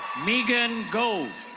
meegan gove.